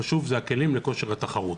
החשוב זה הכלים לכושר התחרות.